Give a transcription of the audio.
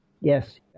Yes